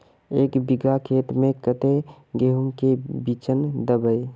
एक बिगहा खेत में कते गेहूम के बिचन दबे?